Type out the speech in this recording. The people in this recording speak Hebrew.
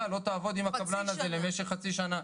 לא תעבוד עם הקבלן הזה למשך חצי שנה,